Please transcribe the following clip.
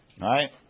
Right